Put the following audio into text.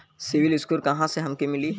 CIBIL score कहाँसे हमके मिली?